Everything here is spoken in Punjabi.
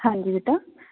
ਹਾਂਜੀ ਬੇਟਾ